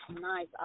nice